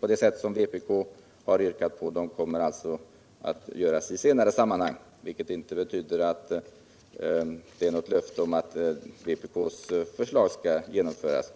av det slag som vpk har yrkat på kommer alltså att göras i ett senare sammanhang, vilket inte innebär något löfte om att vpk:s förslag skall genomföras.